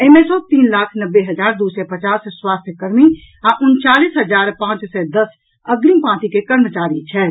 एहि मे सँ तीन लाख नब्बे हजार दू सय पचास स्वास्थ्यकर्मी आ उनचालीस हजार पांच सय दस अग्रिम पांति के कर्मचारी छथि